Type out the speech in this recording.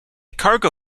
cargo